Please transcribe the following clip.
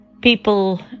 people